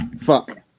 Fuck